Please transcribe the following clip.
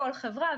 כל חברה,